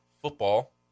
football